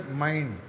mind